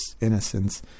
innocence